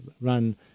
run